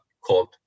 called